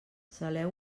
saleu